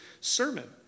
sermon